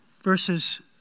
Verses